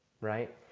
right